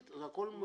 ד.